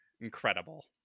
Incredible